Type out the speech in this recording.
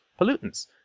pollutants